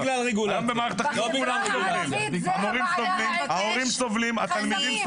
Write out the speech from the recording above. --- בחברה הערבית זו הבעיה העיקרית, החסמים.